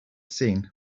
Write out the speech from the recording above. seen